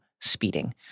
speeding